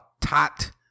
tat